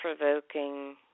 provoking